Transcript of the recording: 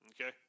okay